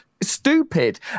stupid